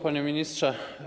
Panie Ministrze!